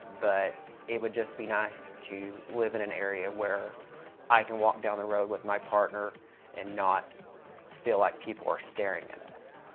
but it would just be nice to live in an area where i can walk down the road with my partner and not feel like people are staring at us.